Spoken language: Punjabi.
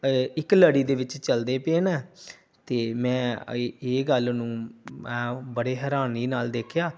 ਇੱਕ ਲੜੀ ਦੇ ਵਿੱਚ ਚੱਲਦੇ ਪਏ ਹੈ ਨਾ ਅਤੇ ਮੈਂ ਇਹ ਇਹ ਗੱਲ ਨੂੰ ਬੜੇ ਹੈਰਾਨੀ ਨਾਲ ਦੇਖਿਆ